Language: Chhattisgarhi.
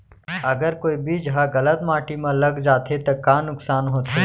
अगर कोई बीज ह गलत माटी म लग जाथे त का नुकसान होथे?